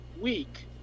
week